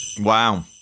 Wow